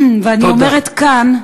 תודה רבה.